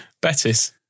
Betis